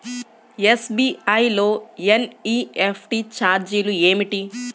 SBI లో NEFT ఛార్జీలు ఏమిటి?